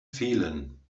fehlen